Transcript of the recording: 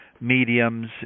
mediums